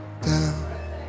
down